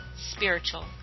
Spiritual